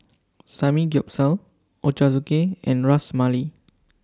Samgeyopsal Ochazuke and Ras Malai